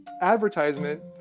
Advertisement